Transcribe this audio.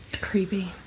Creepy